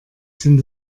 sind